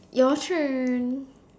your turn